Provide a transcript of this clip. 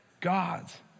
God's